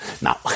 Now